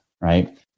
right